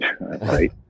Right